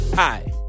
Hi